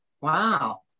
Wow